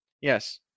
Yes